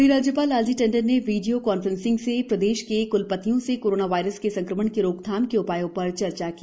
वहींराज्यपाल लालजी टंडन ने video conferencing से प्रदेश के क्लपतियों से कोरोना वायरस के संक्रमण की रोकथाम के उपायों पर चर्चा की